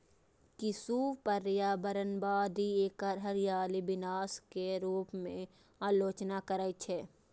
किछु पर्यावरणवादी एकर हरियाली विनाशक के रूप मे आलोचना करै छै